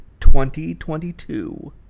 2022